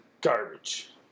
Garbage